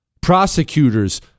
Prosecutors